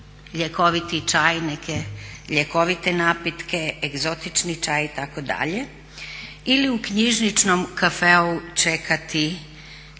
ljekoviti čaj, neke ljekovite napitke, egzotični čak itd. ili u knjižničnom caffeu čekati svoju